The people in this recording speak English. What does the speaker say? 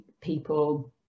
people